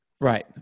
right